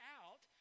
out